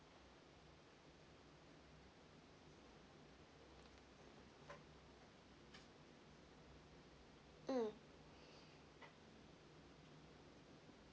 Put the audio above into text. mm